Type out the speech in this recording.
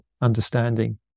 understanding